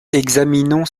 examinons